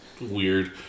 weird